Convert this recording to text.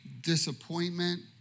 disappointment